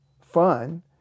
fun